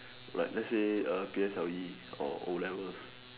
like lets say err P_S_L_E or o-levels